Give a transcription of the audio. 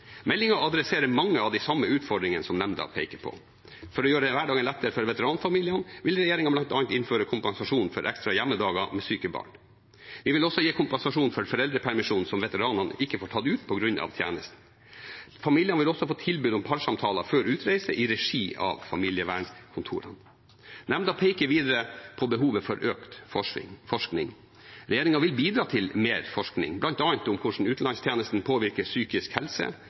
adresserer mange av de samme utfordringer som nemnda peker på. For å gjøre hverdagen lettere for veteranfamiliene vil regjeringen bl.a. innføre kompensasjon for ekstra hjemmedager med syke barn. Vi vil også gi kompensasjon for foreldrepermisjon som veteranene ikke får tatt ut på grunn av tjeneste. Familiene vil også få tilbud om parsamtaler før utreise i regi av familievernkontorene. Nemnda peker videre på behovet for økt forskning. Regjeringen vil bidra til mer forskning, bl.a. om hvordan utenlandstjenesten påvirker psykisk helse,